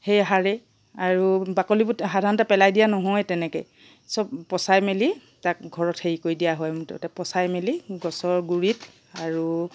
সেই সাৰেই আৰু বাকলিবোৰ সাধাৰণতে পেলাই দিয়া নহয় তেনেকৈ চব পচাই মেলি তাক ঘৰত হেৰি কৰি দিয়া হয় মুঠতে পচাই মেলি গছৰ গুৰিত আৰু